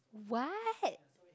what